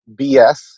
BS